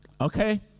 okay